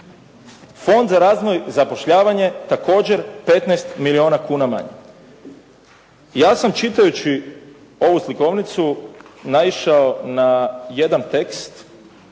Fond za razvoj i zapošljavanje također 15 milijuna kuna manje. Ja sam čitajući ovu slikovnicu naišao na jedan tekst